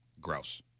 Gross